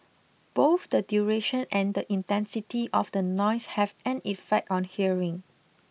both the duration and the intensity of the noise have an effect on hearing